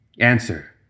answer